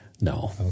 No